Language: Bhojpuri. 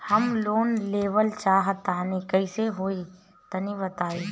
हम लोन लेवल चाह तनि कइसे होई तानि बताईं?